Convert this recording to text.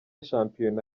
shampiyona